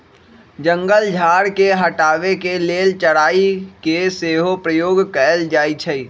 जंगल झार के हटाबे के लेल चराई के सेहो प्रयोग कएल जाइ छइ